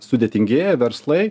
sudėtingėja verslai